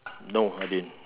no I didn't